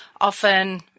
often